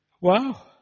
wow